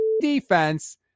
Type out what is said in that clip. defense